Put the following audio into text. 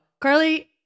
Carly